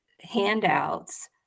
handouts